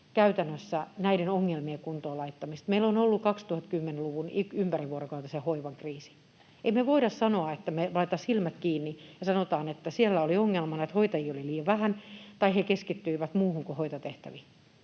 käytännössä näiden ongelmien kuntoon laittamista. Meillä on ollut 2010-luvun ympärivuorokautisen hoivan kriisi. Ei me voida sanoa, että laita silmät kiinni ja sanotaan, että siellä oli ongelmana, että hoitajia on liian vähän tai he keskittyivät muuhun kuin hoitotehtäviin.